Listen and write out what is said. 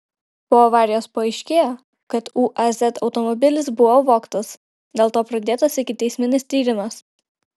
po avarijos paaiškėjo kad uaz automobilis buvo vogtas dėl to pradėtas ikiteisminis tyrimas